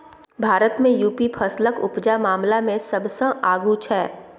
भारत मे युपी फसलक उपजा मामला मे सबसँ आगु छै